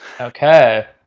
Okay